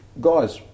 guys